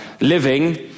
living